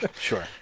Sure